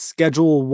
Schedule